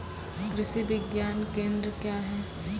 कृषि विज्ञान केंद्र क्या हैं?